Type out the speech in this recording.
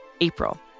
April